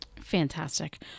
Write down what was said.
Fantastic